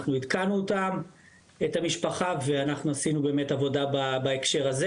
אנחנו עדכנו את המשפחה ואנחנו עשינו באמת עבודה בהקשר הזה.